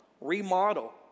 Remodel